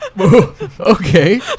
Okay